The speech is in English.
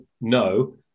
no